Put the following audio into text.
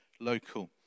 local